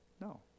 No